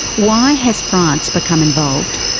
why has france become involved,